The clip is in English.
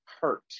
hurt